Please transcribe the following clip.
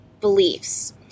beliefs